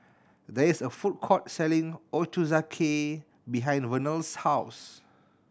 there is a food court selling Ochazuke behind Vernell's house